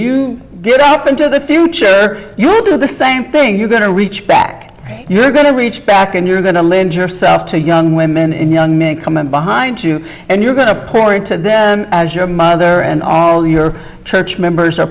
you get up into the future you have to do the same thing you're going to reach back you're going to reach back and you're going to lend yourself to young women and young men coming behind you and you're going to pour into that as your mother and your church members are